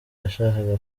yashakaga